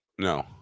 no